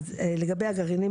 אז לגבי הגרעינים,